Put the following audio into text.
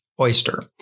oyster